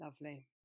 lovely